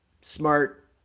smart